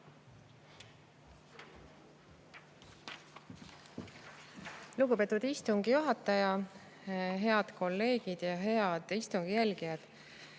Lugupeetud istungi juhataja! Head kolleegid, head istungi jälgijad!